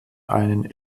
einen